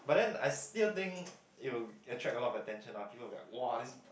but then I still think it will attract a lot of attention lah people will be like !wah! this bike